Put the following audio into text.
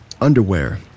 Underwear